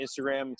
Instagram